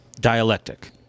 dialectic